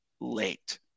late